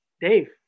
Dave